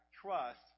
trust